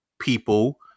people